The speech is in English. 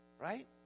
Right